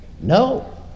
No